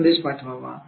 कसा संदेश पाठवा